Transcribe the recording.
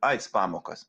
aids pamokas